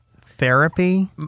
Therapy